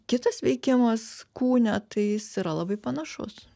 kitas veikimas kūne tai jis yra labai panašus